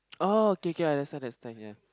oh okay okay understand understand ya